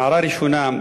הערה ראשונה,